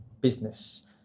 business